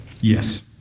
Yes